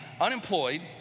unemployed